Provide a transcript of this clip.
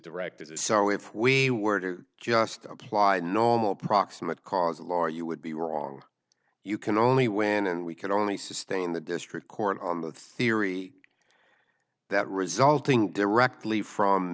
direct this is so if we were to just apply a normal proximate cause a law you would be wrong you can only win and we can only sustain the district court on the theory that resulting directly from